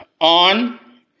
on